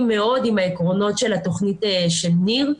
מאוד עם העקרונות של התוכנית של ניר.